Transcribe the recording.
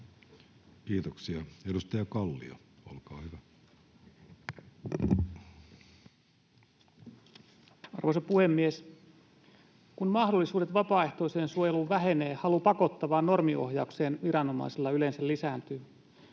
Kiitoksia. — Edustaja Kallio, olkaa hyvä. Arvoisa puhemies! Kun mahdollisuudet vapaaehtoiseen suojeluun vähenevät, halu pakottavaan normiohjaukseen viranomaisilla yleensä lisääntyy.